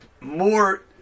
more